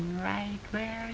right where